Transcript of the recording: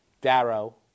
Darrow